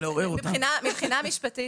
מבחינה משפטית,